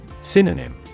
Synonym